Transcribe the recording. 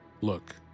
Look